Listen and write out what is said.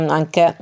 anche